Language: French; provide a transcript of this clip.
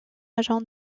agent